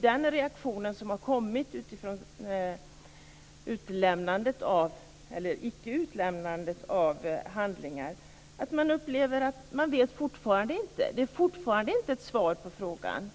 Den reaktion som har kommit på icke-utlämnandet av handlingar är ju att man upplever att man fortfarande inte vet, att man fortfarande inte har fått svar på frågan.